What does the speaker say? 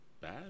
bad